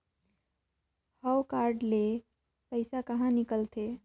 हव कारड ले पइसा कहा निकलथे?